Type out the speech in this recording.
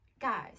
guys